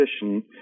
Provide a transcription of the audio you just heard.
position